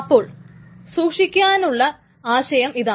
അപ്പോൾ സൂക്ഷിക്കുന്നതിനുള്ള ആശയം ഇതാണ്